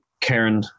Karen